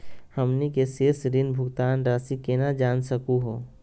हमनी के शेष ऋण भुगतान रासी केना जान सकू हो?